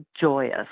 joyous